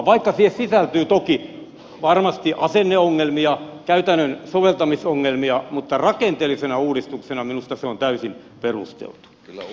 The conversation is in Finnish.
vaikka siihen sisältyy toki varmasti asenneongelmia käytännön soveltamisongelmia niin rakenteellisena uudistuksena minusta se on täysin perusteltu